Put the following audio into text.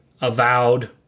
Avowed